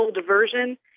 diversion